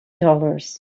dollars